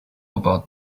about